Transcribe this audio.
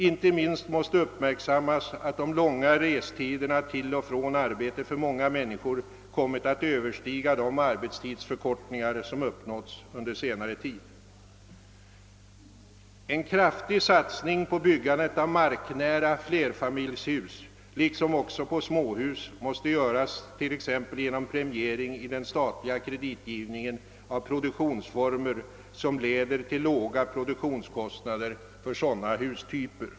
Inte minst måste uppmärksammas, att de långa restiderna till och från arbetet för många människor kommit att överstiga de = arbetstidsförkortningar som uppnåtts under senare tid. En kraftig satsning på byggandet av marknära flerfamiljshus liksom också av småhus måste göras, t.ex. genom premiering i den statliga kreditgivningen av produktionsformer som leder till låga produktionskostnader för sådana hustyper.